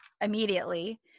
immediately